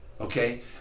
okay